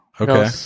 Okay